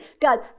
god